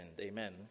Amen